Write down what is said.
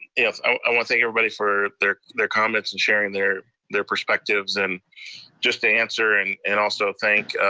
yes, i wanna thank everybody for their their comments and sharing their their perspectives. and just to answer, and and also thank.